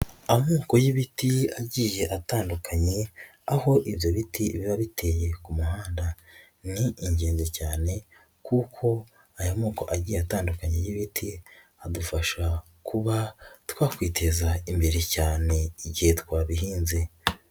Amoko y'ibiti agiye atandukanye ,aho ibyo biti biba biteye ku muhanda . Ni ingenzi cyane kuko aya moko agiye atandukanye y'ibiti adufasha kuba twakwiteza imbere cyane igihe twabihinze.